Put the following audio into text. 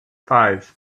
five